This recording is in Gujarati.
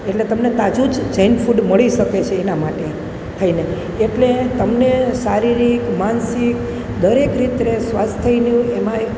એટલે તમને તાજું જ જૈન ફૂડ મળી શકે છે એના માટે થઈને એટલે તમને શારીરિક માનસિક દરેક રીતે સ્વાસ્થ્યનું એમાંય